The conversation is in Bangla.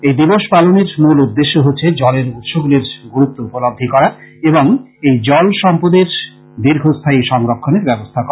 এই দিবস পালনের মূল উদ্দেশ্য হচ্ছে জলের উৎসগুলির গুরুত্ব উপলব্ধি করা এবং এই জল সম্পদের দীর্ঘস্থায়ী সংরক্ষণের ব্যবস্থা করা